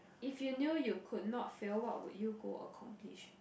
if you knew you could not fail what would you go accomplish